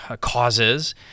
causes